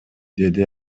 деди